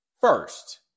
first